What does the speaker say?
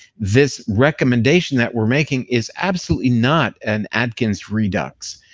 this recommendation that we're making is absolutely not an atkins redux.